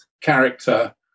character